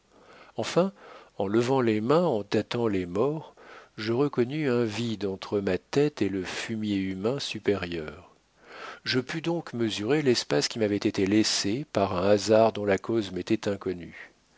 enfin en levant les mains en tâtant les morts je reconnus un vide entre ma tête et le fumier humain supérieur je pus donc mesurer l'espace qui m'avait été laissé par un hasard dont la cause m'était inconnue